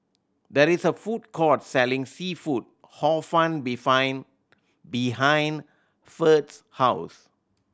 there is a food court selling seafood Hor Fun behind Ferd's house